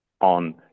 on